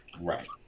Right